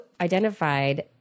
identified